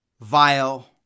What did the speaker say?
vile